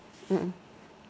mmhmm